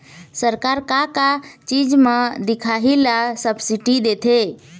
सरकार का का चीज म दिखाही ला सब्सिडी देथे?